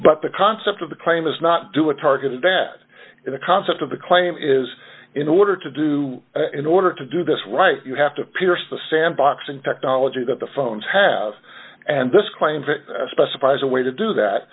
but the concept of the claim is not do a target is bad the concept of the claim is in order to do in order to do this right you have to pierce the sandboxing technology that the phones have and this claim specifies a way to do that